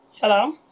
hello